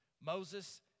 Moses